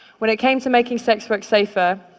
when it came to making sex work safer,